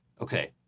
Okay